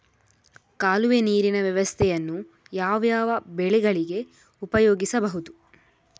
ಕಾಲುವೆ ನೀರಿನ ವ್ಯವಸ್ಥೆಯನ್ನು ಯಾವ್ಯಾವ ಬೆಳೆಗಳಿಗೆ ಉಪಯೋಗಿಸಬಹುದು?